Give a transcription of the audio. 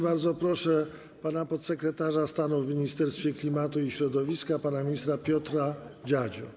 Bardzo proszę podsekretarza stanu w Ministerstwie Klimatu i Środowiska pana ministra Piotra Dziadzia.